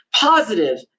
positive